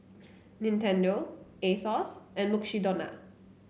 Nintendo Asos and Mukshidonna